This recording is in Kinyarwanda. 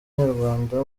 nyarwanda